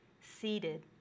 seated